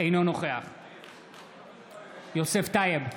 אינו נוכח יוסף טייב,